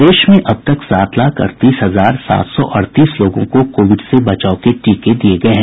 प्रदेश में अब तक सात लाख अड़तीस हजार सात सौ अड़तीस लोगों को कोविड से बचाव से टीके दिये गये हैं